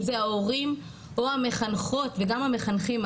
אם זה ההורים או המחנכות וגם המחנכים,